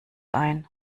ein